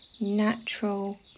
natural